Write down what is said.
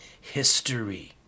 History